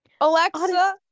Alexa